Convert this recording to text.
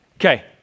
Okay